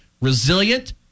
Resilient